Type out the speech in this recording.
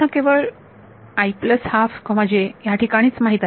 हा केवळ याठिकाणी च माहित आहे